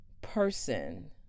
person